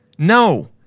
No